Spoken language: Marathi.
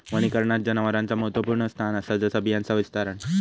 वनीकरणात जनावरांचा महत्त्वपुर्ण स्थान असा जसा बियांचा विस्तारण